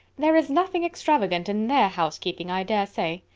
there is nothing extravagant in their housekeeping, i dare say.